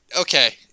okay